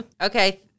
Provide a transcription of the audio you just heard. Okay